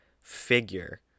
figure